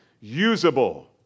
usable